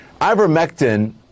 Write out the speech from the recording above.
ivermectin